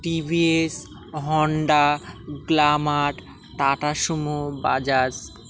TVS Honda Glamour Tata Sumo Bajaj